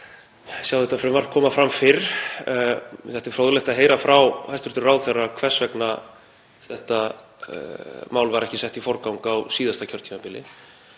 sjá þetta frumvarp koma fram fyrr. Mér þætti fróðlegt að heyra frá hæstv. ráðherra hvers vegna þetta mál var ekki sett í forgang á síðasta kjörtímabili.